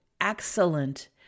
excellent